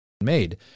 made